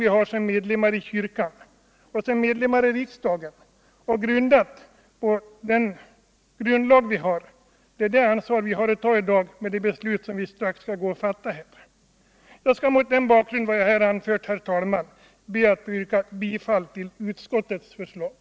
Det är det ansvaret — som vii vår ställning som medlemmar i svenska kyrkan och som medlemmar i riksdagen — har att i dag ta genom det beslut som vi strax skall fatta. Jag skall mot bakgrunden av vad jag här anfört, herr talman, be att få yrka bifall till utskottets förslag.